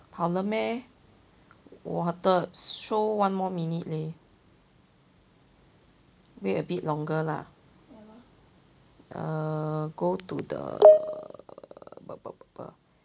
好了 meh 我的 show one more minute leh wait a bit longer lah err go to the